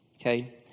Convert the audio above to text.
okay